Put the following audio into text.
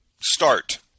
start